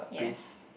yes